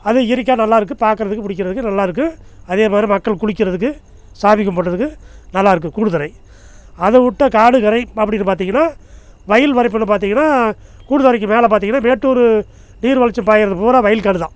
அது இயற்கையா நல்லா இருக்குது பார்க்குறதுக்கு பிடிக்கிறதுக்கு நல்லா இருக்கும் அதே மாதிரி மக்கள் குளிக்கிறதுக்கு சாமி கும்பிட்றதுக்கு நல்லா இருக்கும் கூடுதுறை அதை விட்டா காடு கரை அப்படினு பார்த்திங்கன்னா வயல் வரப்பில் பார்த்திங்கன்னா கூடுதுறைக்கு மேலே பார்த்திங்கன்னா மேட்டூரு நீர்வீழ்ச்சி பாயறது பூரா வயல் காடுதான்